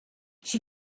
she